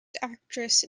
actress